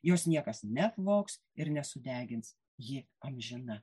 jos niekas neapvogs ir nesudegins ji amžina